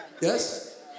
Yes